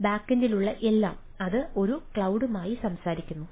ബാക്കെൻഡിലുള്ള എല്ലാം അത് ഒരു ക്ലൌഡുമായി സംസാരിക്കുന്നു